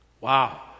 Wow